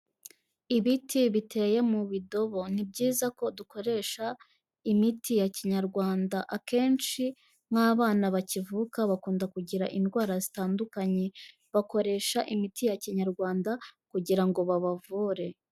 Ibiti biteye mu bidobo, ni byiza ko dukoresha imiti ya Kinyarwanda, akenshi nk'abana bakivuka bakunda kugira indwara zitandukanye, bakoresha imiti ya Kinyarwanda kugira ngo babavure.